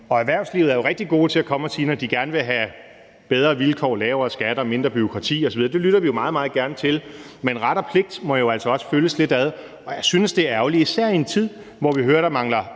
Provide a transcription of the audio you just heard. Erhvervslivet er jo rigtig gode til at komme at sige det, når de gerne vil have bedre vilkår, lavere skatter, mindre bureaukrati osv. – det lytter vi meget, meget gerne til – men ret og pligt må jo altså også følges lidt ad. Jeg synes, det er ærgerligt, især i en tid, hvor vi hører, at der mangler